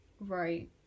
Right